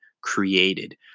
created